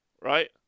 right